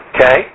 Okay